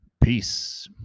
Peace